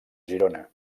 girona